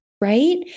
right